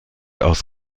aus